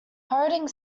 harding